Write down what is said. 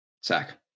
Sack